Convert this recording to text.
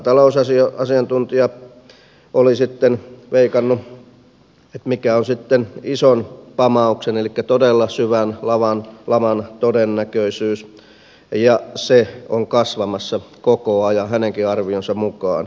tämä talousasiantuntija oli sitten veikannut mikä on sitten ison pamauksen elikkä todella syvän laman todennäköisyys ja se on kasvamassa koko ajan hänenkin arvionsa mukaan